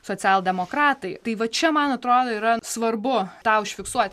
socialdemokratai tai va čia man atrodo yra svarbu tą užfiksuot